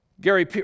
Gary